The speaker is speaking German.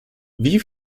wie